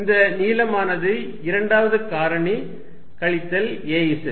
இந்த நீலமானது இரண்டாவது காரணி கழித்தல் a z